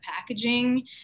packaging